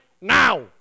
now